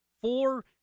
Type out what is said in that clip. four